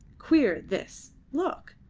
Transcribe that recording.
queer, this. look!